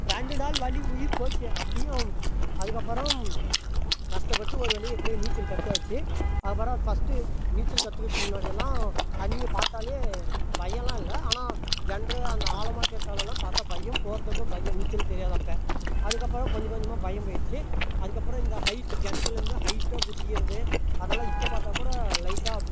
ரெண்டு நாள் வலி உயிர் போச்சு அப்பவும் அதுக்கப்பறம் கஷ்டப்பட்டு ஒரு வழியாக எப்படியோ நீச்சல் கத்தாச்சு அப்பறம் ஃபர்ஸ்டு நீச்சல் கற்றுக்கறதுக்கு முன்னாடியெலாம் தண்ணியை பார்த்தாலே பயம்லான் இல்லை ஆனால் கெணறு அந்த ஆழமாக இருக்கறத்தெல்லாம் பார்த்தா பயம் போகிறதுக்கும் பயம் நீச்சல் தெரியாதப்போ அதுக்கப்பறம் கொஞ்சம் கொஞ்சமாக பயம் போயிடுத்து அதுக்கப்றம் இந்த ஹைட்டு கிணத்துலருந்து ஹைட்டாக குதிக்கிறது அதல்லாம் இப்போ பார்த்தா கூட லைட்டாக